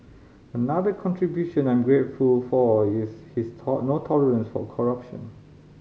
another contribution I'm grateful for is his no tolerance for corruption